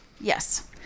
Yes